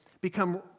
become